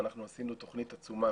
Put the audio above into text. אנחנו עשינו תוכנית עצומה